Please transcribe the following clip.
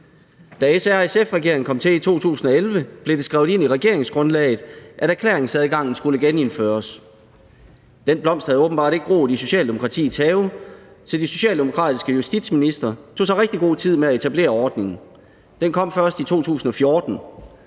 Da SRSF-regeringen kom til i 2011, blev det skrevet ind i regeringsgrundlaget, at erklæringsadgangen skulle genindføres. Den blomst havde åbenbart ikke groet i Socialdemokratiets have, så de socialdemokratiske justitsministre tog sig rigtig god tid med at etablere ordningen. Den kom først i 2014,